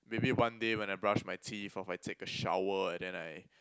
maybe one day when I brush my teeth or if I take a shower and then I